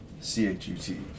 C-H-U-T